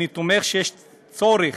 אני תומך בכך שיש צורך